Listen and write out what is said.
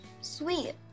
Sweet